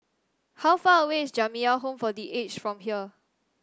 how far away is Jamiyah Home for The Aged from here